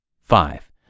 Five